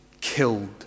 killed